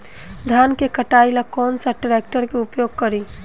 धान के कटाई ला कौन सा ट्रैक्टर के उपयोग करी?